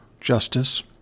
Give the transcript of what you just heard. justice